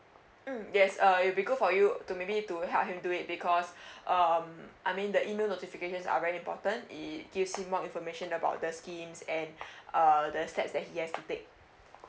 mm yes uh it'll be good for you to maybe to help him do it because um I mean the email notifications are very important it give him more information about the schemes and uh the step that he has to take